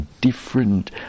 different